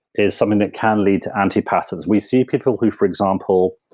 is something that can lead to anti-patterns. we see people who for example,